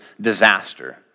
disaster